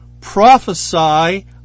prophesy